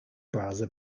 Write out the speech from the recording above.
browser